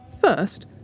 First